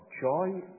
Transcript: joy